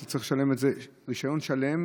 אתה צריך לשלם רישיון שלם,